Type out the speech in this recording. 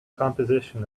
composition